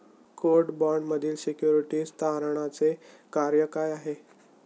Court बाँडमधील securities तारणाचे कार्य काय आहे?